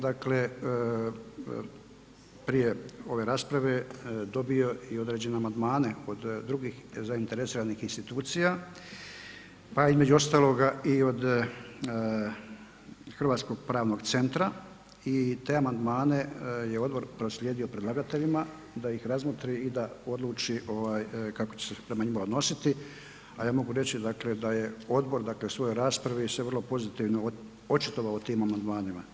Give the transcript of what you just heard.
Dakle, prije ove rasprave dobio i određene amandmane od drugih zainteresiranih institucija, pa između ostaloga i od Hrvatskog pravnog centra i te amandmane je odbor proslijedio predlagateljima da ih razmotri i da odluči ovaj kako će se prema njima odnositi, ali ja mogu reći da je odbor dakle u svojoj raspravi se vrlo pozitivno očitovao o tim amandmanima.